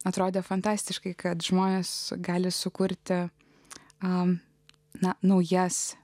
atrodė fantastiškai kad žmonės gali sukurti a na naujas